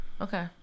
okay